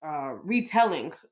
retelling